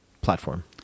platform